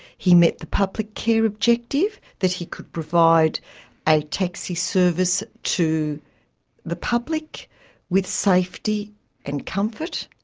he met the public care objective, that he could provide a taxi service to the public with safety and comfort,